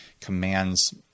commands